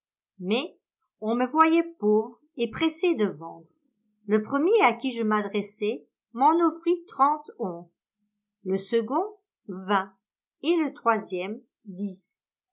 mais on me voyait pauvre et pressé de vendre le premier à qui je m'adressai m'en offrit trente onces le second vingt et le troisième